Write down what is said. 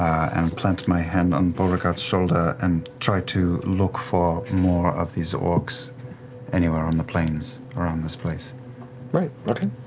and plant my hand on beauregard's shoulder and try to look for more of these orcs anywhere on the plains around this place. matt right, okay,